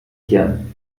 hirn